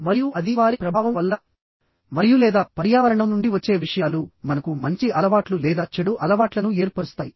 మరియు అది వారి ప్రభావం వల్ల మరియులేదా పర్యావరణం నుండి వచ్చే విషయాలుమనకు మంచి అలవాట్లు లేదా చెడు అలవాట్లను ఏర్పరుస్తాయి